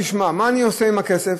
תשמע, מה אני עושה עם הכסף?